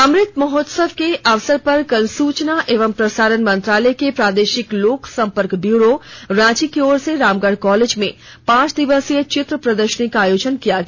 अमृत महोत्सव के अवसर पर कल सुचना एवं प्रसारण मंत्रालय के प्रादेशिक लोक संपर्क ब्यूरो रांची की ओर से रामगढ़ कॉलेज में पांच दिवसीय चित्र प्रदर्शनी का आयोजन किया गया